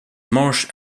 marsh